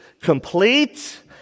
complete